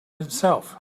himself